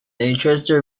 interested